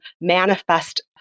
manifest